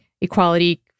equality